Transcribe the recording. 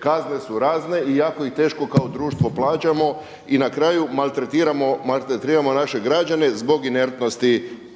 kazne su razne i jako ih teško kao društvo plaćamo i na kraju maltretiramo naše građane zbog